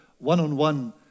one-on-one